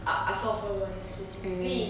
(uh huh) floorball specifically